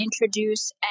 introduce